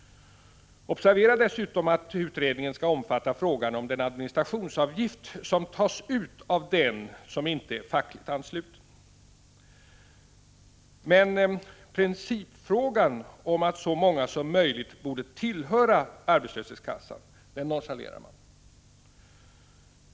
Observera dessutom att utredningen skall omfatta frågan om den administrationsavgift som tas ut av den som inte är fackligt ansluten. Men principfrågan, att så många som möjligt borde tillhöra en arbetslöshetskassa, nonchalerar man.